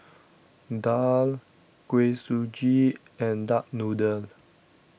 Daal Kuih Suji and Duck Noodle